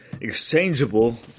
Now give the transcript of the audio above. exchangeable